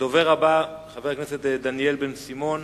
הדובר הבא הוא חבר הכנסת דניאל בן-סימון.